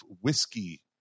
whiskey